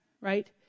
right